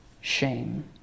shame